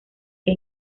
que